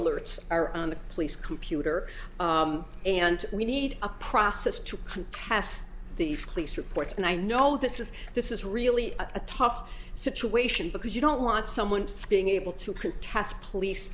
alerts are on the police computer and we need a process to contest the fleece reports and i know this is this is really a tough situation because you don't want someone being able to tass police